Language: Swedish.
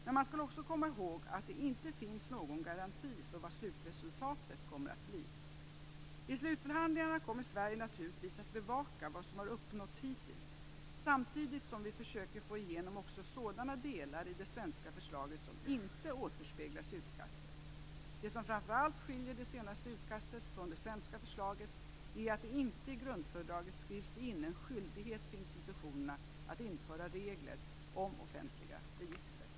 Men man skall också komma ihåg att det inte finns någon garanti för vad slutresultatet kommer att bli. I slutförhandlingarna kommer Sverige naturligtvis att bevaka vad som har uppnåtts hittills samtidigt som vi försöker få igenom också sådana delar i det svenska förslaget som inte återspeglas i utkastet. Det som framför allt skiljer det senaste utkastet från det svenska förslaget är att det inte i grundfördraget skrivs in en skyldighet för institutionerna att införa regler om offentliga register.